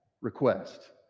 request